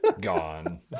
Gone